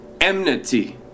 enmity